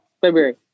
February